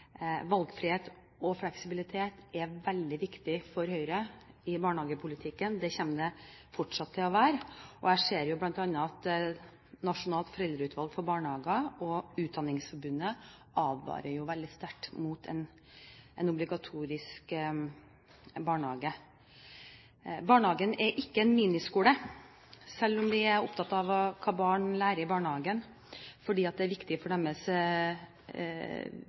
Valgfrihet og fleksibilitet er veldig viktig for Høyre i barnehagepolitikken. Det kommer det fortsatt til å være. Jeg ser jo bl.a. at Nasjonalt foreldreutvalg for barnehager og Utdanningsforbundet advarer veldig sterkt mot en obligatorisk barnehage. Barnehagen er ikke en miniskole. Selv om vi er opptatt av hva barn lærer i barnehagen, fordi det er viktig for